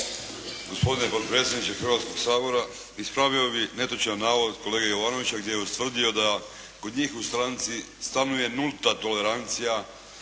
Gospodine potpredsjedniče Hrvatskoga sabora. Ispravio bih netočan navod kolege Jovanovića gdje je ustvrdio da kod njih u stranci stanuje nulta tolerancija